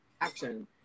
action